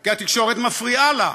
כי התקשורת מפריעה לה,